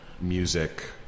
music